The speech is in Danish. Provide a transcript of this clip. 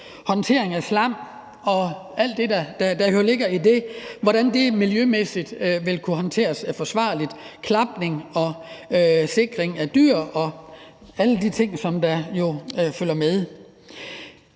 i det, altså hvordan de miljømæssigt vil kunne håndtere det forsvarligt, klapning og sikring af dyr og alle de ting, som jo følger med.